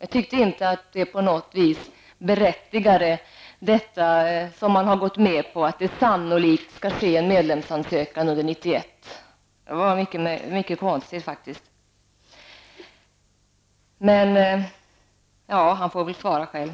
Enligt min mening berättigade det inte på något sätt inställningen ''att det sannolikt skall komma en medlemsansökan under 1991''. Det var faktiskt mycket konstigt. Olof Johansson får väl förklara sig.